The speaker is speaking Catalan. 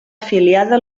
afiliada